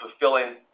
fulfilling